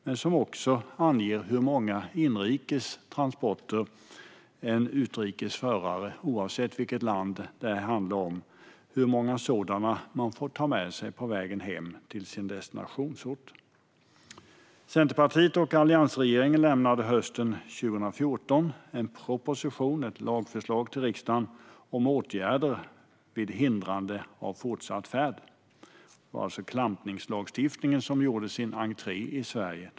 Det anger också hur många inrikes transporter en utrikes förare, oavsett vilket land det handlar om, får ta på väg tillbaka till sin destinationsort. Centerpartiet och alliansregeringen lämnade hösten 2014 en proposition, ett lagförslag, till riksdagen om åtgärder vid hindrande av fortsatt färd. Det var alltså klampningslagstiftningen som gjorde sin entré i Sverige.